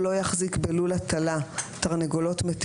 רגע.